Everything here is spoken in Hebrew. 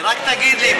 רק תגיד לי,